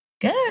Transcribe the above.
Good